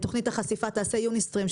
את תוכנית החשיפה תעשה יוניסטרים,